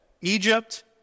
Egypt